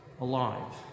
alive